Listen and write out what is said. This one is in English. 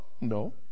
No